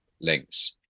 links